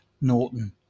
Norton